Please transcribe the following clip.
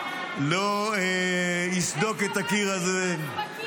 לא יסדוק את הקיר הזה -- איך חמאס נכנס